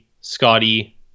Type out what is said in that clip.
Scotty